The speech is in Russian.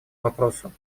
вопросу